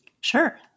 Sure